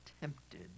tempted